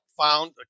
found